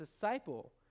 disciple